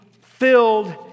filled